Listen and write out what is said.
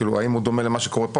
האם הוא דומה למה שקורה פה?